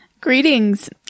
Greetings